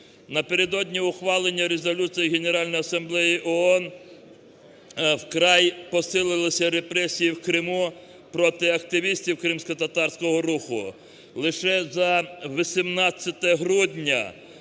Напередодні ухвалення резолюції Генеральної асамблеї ООН вкрай посилилися репресії в Криму проти активістів кримськотатарського руху. Лише за 18 грудня